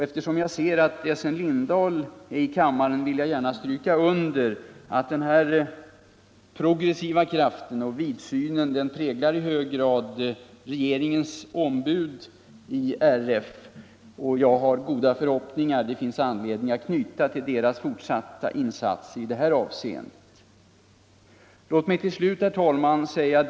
— Eftersom jag ser att Essen Lindahl är i kammaren vill jag gärna understryka att den progressiva kraften och vidsynen i hög grad präglar regeringens ombud i Riksidrottsförbundet, och det finns all anledning att hoppas på deras fortsatta goda insats i detta avseende.